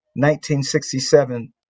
1967